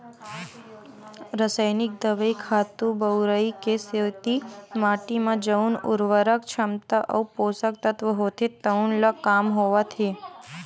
रसइनिक दवई, खातू बउरई के सेती माटी म जउन उरवरक छमता अउ पोसक तत्व होथे तउन ह कम होवत हे